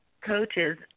coaches